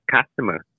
customer